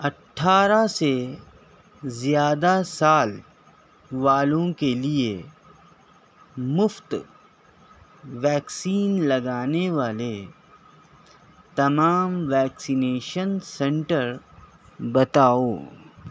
اٹھارہ سے زیادہ سال والوں کے لیے مفت ویکسین لگانے والے تمام ویکسینیشن سینٹر بتاؤ